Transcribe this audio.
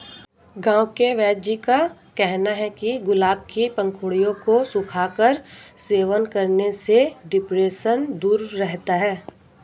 गांव के वेदजी का कहना है कि गुलाब के पंखुड़ियों को सुखाकर सेवन करने से डिप्रेशन दूर रहता है